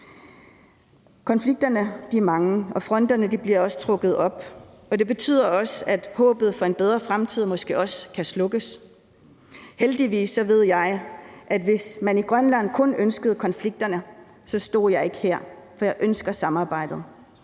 Konflikterne er mange, og fronterne bliver også trukket op, og det betyder også, at håbet for en bedre fremtid måske også kan slukkes. Heldigvis ved jeg, at hvis man i Grønland kun ønskede konflikterne, stod jeg ikke her, for jeg ønsker samarbejdet.